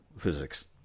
physics